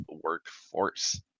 workforce